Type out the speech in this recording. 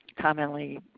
commonly